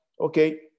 Okay